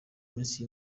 minsi